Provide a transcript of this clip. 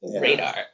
radar